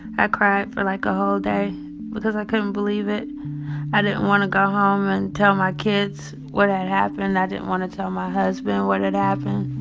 i cried for, like, a whole day because i couldn't believe it i didn't want to go home and tell my kids what had happened. and i didn't want to tell my husband what had happened.